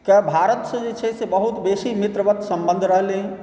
के भारतसँ जे छै से बहुत बेसी मित्रवत सम्बन्ध रहलै